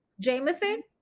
Jameson